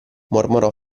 mormorò